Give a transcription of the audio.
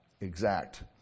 exact